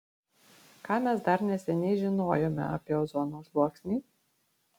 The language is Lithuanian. ką mes dar neseniai žinojome apie ozono sluoksnį